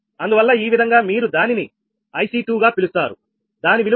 అందువల్ల ఈ విధంగా మీరు దానిని IC2 గా పిలుస్తారు దాని విలువ IC239